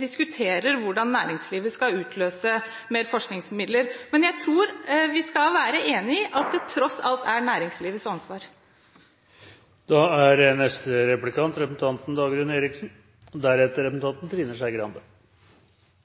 diskuterer hvordan næringslivet skal utløse mer forskningsmidler, men jeg tror vi skal være enig i at det tross alt er næringslivets ansvar. På Sørlandet har vi et næringsliv som er